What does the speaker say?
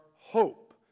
hope